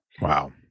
wow